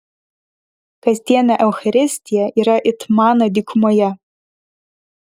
kasdienė eucharistija yra it mana dykumoje